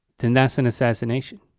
then that's an assassination.